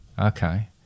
Okay